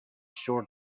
sure